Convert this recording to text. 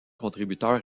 contributeur